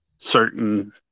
certain